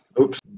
oops